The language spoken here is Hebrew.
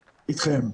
אתכם.